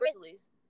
Grizzlies